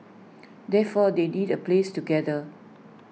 therefore they need A place to gather